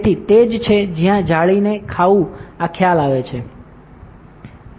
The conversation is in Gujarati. તેથી તે જ છે જ્યાં જાળીને ખાવું આ ખ્યાલ આવે છે